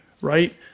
right